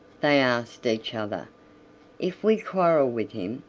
they asked each other if we quarrel with him,